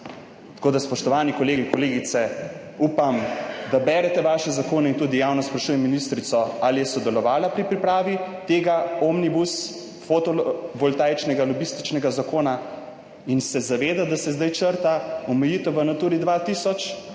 Tako da spoštovani kolegi in kolegice, upam, da berete vaše zakone. In tudi javno sprašujem ministrico: ali je sodelovala pri pripravi tega omnibus fotovoltaičnega lobističnega zakona in se zaveda, da se zdaj črta omejitev v Naturi 2000?